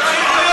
תתחילו,